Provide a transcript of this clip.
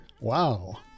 wow